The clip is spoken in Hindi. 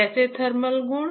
कैसे थर्मल गुण